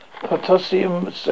potassium